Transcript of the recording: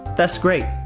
that's great.